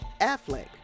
Affleck